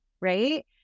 right